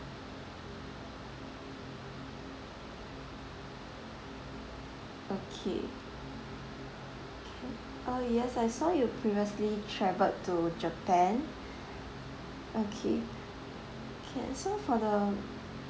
okay can uh yes I saw you previously travelled to japan okay okay so for the